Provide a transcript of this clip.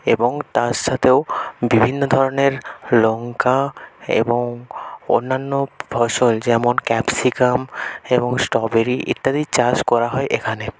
এবং তার সাথেও বিভিন্ন ধরনের লঙ্কা এবং অন্যান্য ফসল যেমন ক্যাপসিকাম এবং স্ট্রবেরি ইত্যাদি চাষ করা হয় এখানে